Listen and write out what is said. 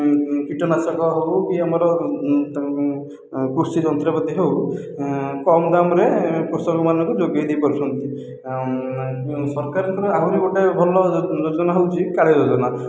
କୀଟନାଶକ ହେଉ କି ଆମର କୃଷି ଯନ୍ତ୍ରପାତି ହେଉ କମ ଦାମରେ କୃଷକ ମାନଙ୍କୁ ଯୋଗେଇ ଦେଇପାରୁଛନ୍ତି ସରକାରଙ୍କର ଆହୁରି ଗୋଟିଏ ଭଲ ଯୋଜନା ହେଉଛି କାଳିଆ ଯୋଜନା